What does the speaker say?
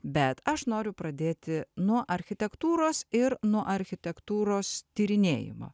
bet aš noriu pradėti nuo architektūros ir nuo architektūros tyrinėjimo